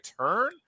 turn